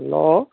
hello